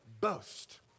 boast